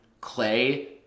Clay